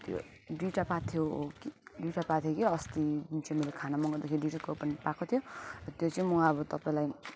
त्यो दुइवटा पाएको थियो दुइवटा पाएको थियो कि अस्ति जुन चाहिँ मैले खाना मगाउँदाखेरि दुइवटा कुपन पाएको थियो र त्यो चाहिँ म अब तपाईँलाई